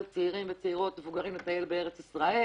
צעירים וצעירות ומבוגרים לטייל בארץ-ישראל.